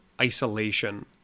isolation